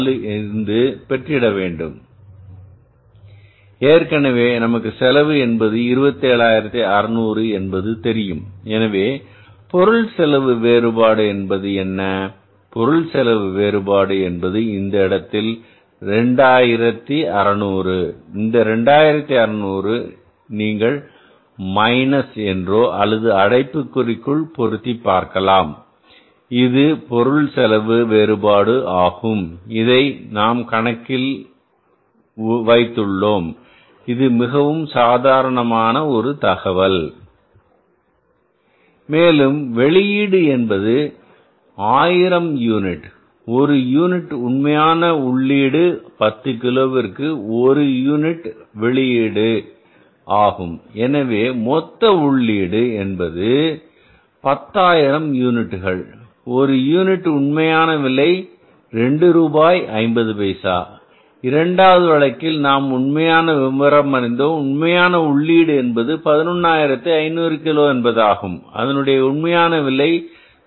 4 இருந்து பெற்றிட வேண்டும் ஏற்கனவே நமக்கு செலவு என்பது 27600 என்பது தெரியும் எனவே பொருள் செலவு வேறுபாடு என்பது என்ன பொருள் செலவு வேறுபாடு என்பது இந்த இடத்தில் ரூபாய் 2500 இந்த 2600 நீங்கள் மைனஸ் என்றோ அல்லது அடைப்புக்குறிக்குள் பொருத்திப் பார்க்கலாம் இது பொருள் செலவு வேறுபாடு ஆகும் இதை நாம் கணக்கில் உள்ளோம் இது மிகவும் சாதாரணமான ஒரு தகவல் மேலும் வெளியீடு என்பது ஆயிரம் யூனிட் ஒரு யூனிட் உண்மையான உள்ளீடு 10 கிலோவிற்கு ஒரு யூனிட் என்பதாகும் எனவே மொத்த உள்ளீடு என்பது பத்தாயிரம் யூனிட்டுகள் ஒரு யூனிட்டின் உண்மை விலை இரண்டு ரூபாய் 50 பைசா இரண்டாவது வழக்கில் நாம் உண்மை விவரம் அறிந்தோம் உண்மையான உள்ளீடு என்பது 11500 கிலோ என்பதாகும் அதனுடைய உண்மையான விலை ரூபாய் 2